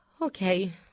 okay